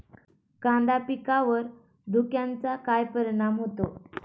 कांदा पिकावर धुक्याचा काय परिणाम होतो?